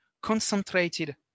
concentrated